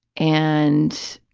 and